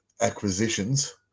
acquisitions